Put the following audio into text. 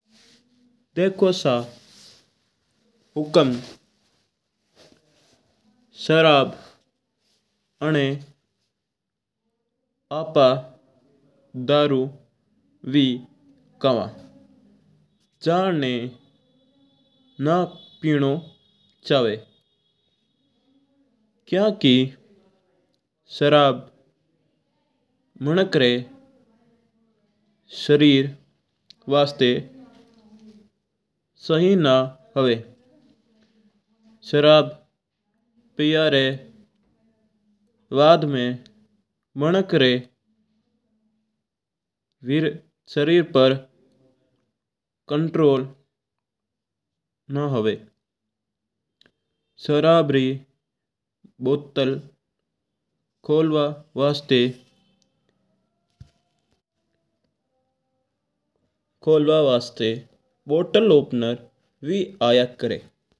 देखो सा हुकम शराब आना आपा दारू भी खावा। जणणा ना पिवु चाईजा। क्यूंकि शराब मीनक री सरीर वास्ता सही ना है शराब पिया रा बाद मैं मीनक री सरीर पर कंट्रोल कों हुआ है। शराब री बोतल खोलवा वास्ता बॉटल ओपनर भी आया करा है।